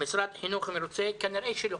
משרד חינוך מרוצה כנראה שלא.